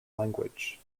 language